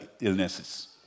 illnesses